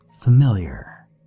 familiar